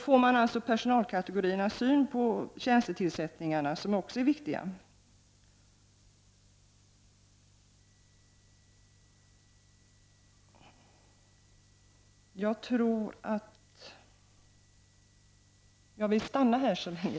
Därmed får nämnden personalkategoriernas syn på tjänstetillsättningarna, och det är också viktigt.